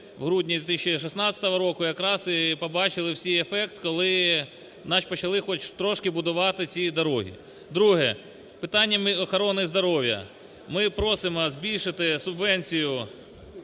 у грудні 2016 року, якраз і побачили всі ефект, коли почали хоч трошки будувати ці дороги. Друге. Питаннями охорони здоров'я. Ми просимо збільшити субвенцію